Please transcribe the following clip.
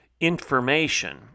information